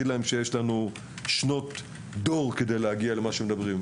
אגיד להם שיש לנו שנות דור כדי להגיע אל מה שמדברים.